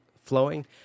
flowing